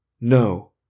No